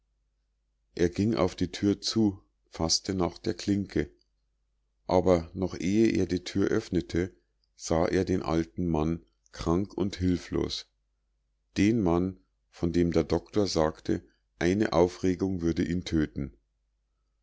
er ging auf die tür zu faßte nach der klinke aber noch ehe er die tür öffnete sah er den alten mann krank und hilflos den mann von dem der doktor sagte eine aufregung würde ihn töten